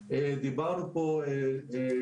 תשפ"ב,